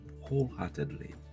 wholeheartedly